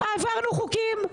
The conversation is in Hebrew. אבל --- העברנו חוקים,